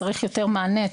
צריך יותר מענה,